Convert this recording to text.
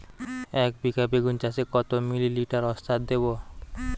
একবিঘা বেগুন চাষে কত মিলি লিটার ওস্তাদ দেবো?